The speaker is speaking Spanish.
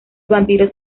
vampiros